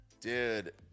Dude